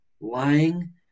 lying